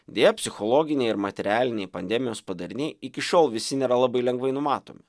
deja psichologiniai ir materialiniai pandemijos padariniai iki šiol visi nėra labai lengvai numatomi